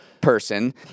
person